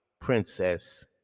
Princess